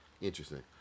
interesting